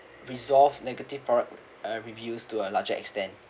resolve negative product uh reviews to a larger extent